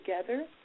together